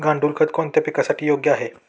गांडूळ खत कोणत्या पिकासाठी योग्य आहे?